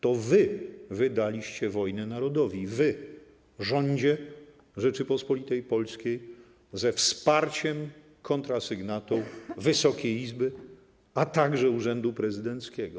To wy wydaliście wojnę narodowi, wy, rządzie Rzeczypospolitej Polskiej, ze wsparciem, kontrasygnatą Wysokiej Izby, a także urzędu prezydenckiego.